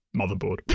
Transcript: motherboard